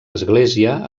església